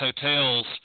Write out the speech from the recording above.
hotels